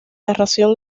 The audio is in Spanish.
narración